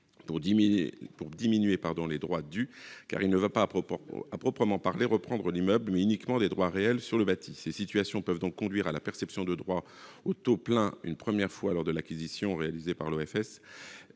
pour diminuer les droits dus, car il revendra non pas l'immeuble à proprement parler, mais uniquement des droits réels sur le bâti. Ces situations peuvent donc conduire à la perception de droits au taux plein, une première fois lors de l'acquisition réalisée par l'OFS,